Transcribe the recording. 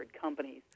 companies